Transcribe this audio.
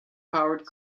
powered